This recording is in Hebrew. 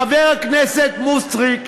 חבר הכנסת סמוטריץ,